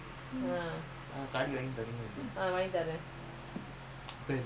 why your first car you know that one